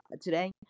today